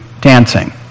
dancing